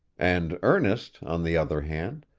and ernest, on the other hand,